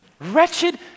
Wretched